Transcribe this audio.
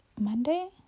Monday